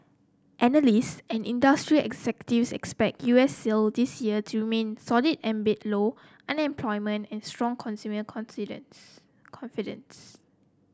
analysts and industry executives expect U S sales this year to remain solid amid low unemployment and strong consumer confidence